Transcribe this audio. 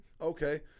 Okay